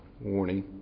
Warning